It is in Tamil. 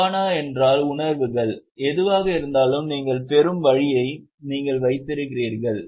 பவானா என்றால் உணர்வுகள் எதுவாக இருந்தாலும் நீங்கள் பெறும் வழியை நீங்கள் வைத்திருக்கிறீர்கள்